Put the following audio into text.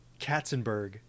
Katzenberg